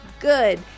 good